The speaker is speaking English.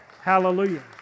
hallelujah